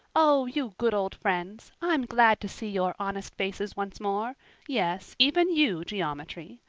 oh, you good old friends, i'm glad to see your honest faces once more yes, even you, geometry.